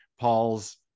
paul's